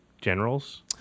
generals